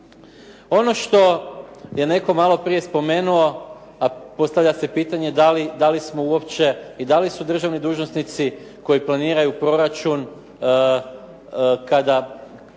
Ono što je netko malo prije spomenuo a postavlja se pitanje da li smo uopće i da li su državni dužnosnici koji planiraju proračun kada,